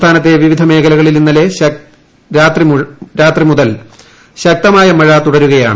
സംസ്ഥാനത്തെ വിവിധ മേഖലകളിൽ ഇന്നലെ രാത്രി മുതൽ ശക്തമായ മഴ തുടരുകയാണ്